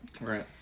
Right